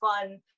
fun